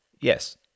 Yes